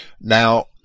Now